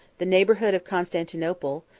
the neighborhood of constantinople,